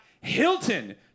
Hilton